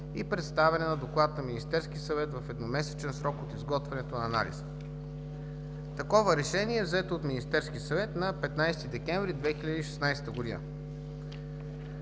и представяне на доклад на Министерския съвет в едномесечен срок от изготвянето на анализа.“ Такова решение е взето от Министерския съвет на 15 декември 2016 г.